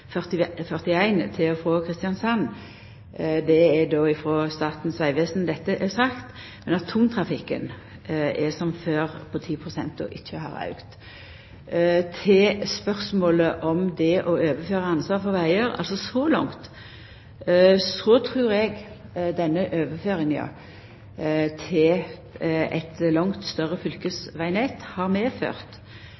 til og frå Kristiansand. Det er Statens vegvesen som har sagt dette. Men tungtrafikken er som før på 10 pst. og har ikkje auka. Til spørsmålet om det å overføra ansvaret for vegar: Så langt trur eg denne overføringa til eit langt større